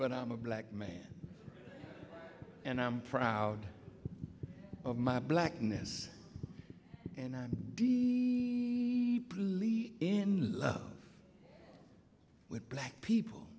but i'm a black man and i'm proud of my blackness and i'm in love with black people